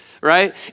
right